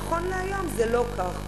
נכון להיום זה לא כך.